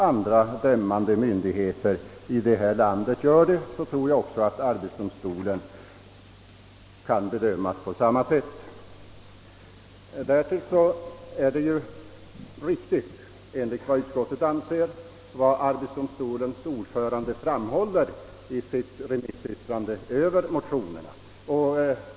Andra dömande myndigheter i detta land gör det, och jag tror att arbetsdomstolen kan bedömas på samma sätt. Utskottet anser att det yttrande som arbetsdomstolens ordförande har avgivit om motionerna är riktigt.